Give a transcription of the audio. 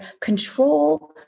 control